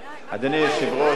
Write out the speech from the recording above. אדוני היושב-ראש,